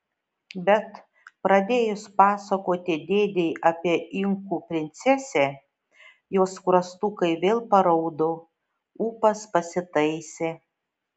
bet pradėjus pasakoti dėdei apie inkų princesę jos skruostukai vėl paraudo ūpas pasitaisė